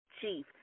Chief